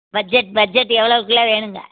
budget budget எவ்வளோக்குள்ள வேணுங்க